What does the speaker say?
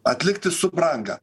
atlikti subrangą